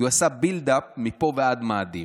כי הוא עשה build up מפה ועד מאדים,